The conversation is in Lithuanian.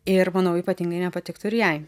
ir manau ypatingai nepatiktų ir jai